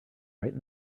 right